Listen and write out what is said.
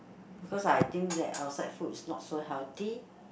because I think that outside food is not so healthy